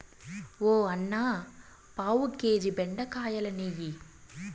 ఓ అన్నా, పావు కేజీ బెండకాయలియ్యి